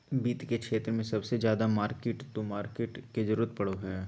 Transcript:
वित्त के क्षेत्र मे सबसे ज्यादा मार्किट टू मार्केट के जरूरत पड़ो हय